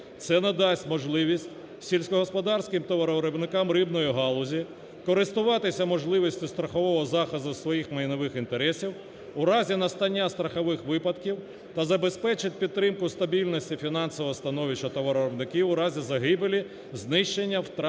Це надасть можливість сільськогосподарським товаровиробника рибної галузі користуватися можливістю страхового захисту своїх майнових інтересів у разі настання страхових випадків та забезпечить підтримку стабільності фінансового становища товаровиробників у разі загибелі, знищення, втрати